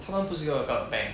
他们不是用那个 bank